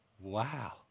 Wow